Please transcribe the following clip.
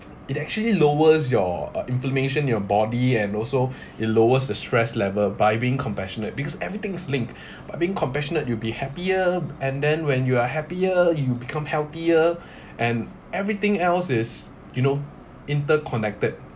it actually lowers your uh inflammation in your body and also it lowers the stress level by being compassionate because everything's linked but being compassionate you'll be happier and then when you are happier you become healthier and everything else is you know interconnected